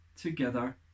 together